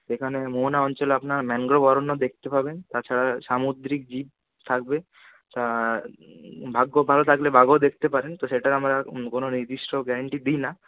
সেখানে মোহনা অঞ্চলে আপনারা ম্যানগ্রোভ অরণ্য দেখতে পাবেন তাছাড়া সামুদ্রিক জীব থাকবে ভাগ্য ভালো থাকলে বাঘও দেখতে পারেন তো সেটা আমরা কোনো নির্দিষ্ট গ্যারান্টি দিই না